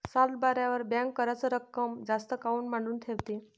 सातबाऱ्यावर बँक कराच रक्कम जास्त काऊन मांडून ठेवते?